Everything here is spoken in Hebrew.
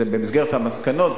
במסגרת המסקנות,